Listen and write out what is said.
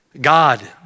God